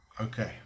Okay